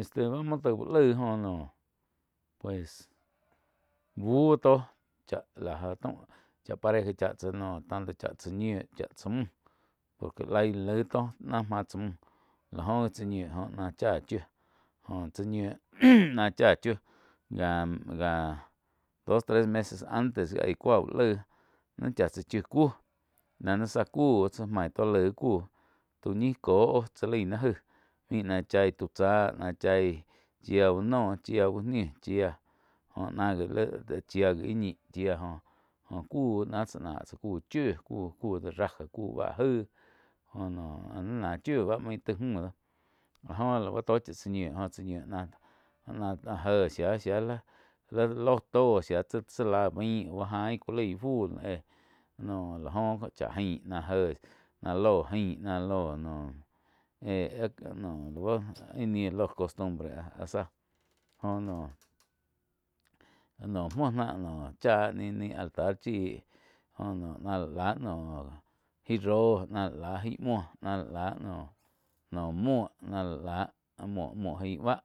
Este báh muo taig úh laig joh noh pues buu tó chá la já taum pareja chá tsáh tanto chá tsá ñiu chá tsá muh por que laig laí tó náh máh tsá muh láh joh gi tsá ñiu joh náh chá chiu joh tsá ñiu náh chá chiu jah-jah dos tres meses antes ge cúa úh laig nih chá tsá chiu kúh náh ní záh kuh main tó laig kuh tu ñi cóh tsá laig ni jaí ni náh chái tau cháh náh chai chia úh noh chia, chia úh nih chia joh náh gi chia íh ñih chia joh ku náh tsáh kuh chiu, ku de raja ku báh jaí óh noh áh ni náh chiu báh main taig müh doh áh joh la bá tó chá tsá ñiu. Jóh tsá ñiu nah-nah jé shía li lóh tóh shía tsá-tsá láh bain au jain ku laig íh fu éh noh lá joh oh chá jain nah lóh gain náh ló noh éh lau íh nih lóh costumbre áh záh joh naum muo náh noh cháh ni altar chí jo noh náh lá láh noh aig róh náh láh lá jai muo náh lá la noh muo náh lá láh muo gai báh